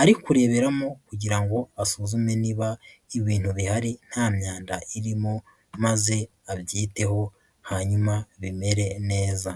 ari kureberamo kugirango asuzume niba ibintu bihari nta myanda irimo maze abyiteho hanyuma rimere neza.